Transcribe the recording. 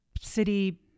city